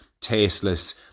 tasteless